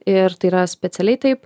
ir tai yra specialiai taip